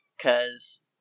cause-